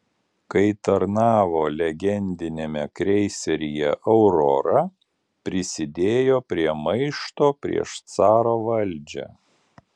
kai tarnavo legendiniame kreiseryje aurora prisidėjo prie maišto prieš caro valdžią